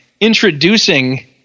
introducing